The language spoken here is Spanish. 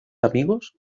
amigos